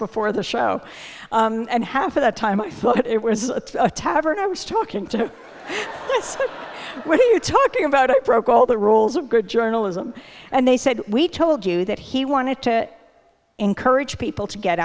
before the show and half of the time it was a tavern i was talking to was what are you talking about i broke all the rules of good journalism and they said we told you that he wanted to encourage people to get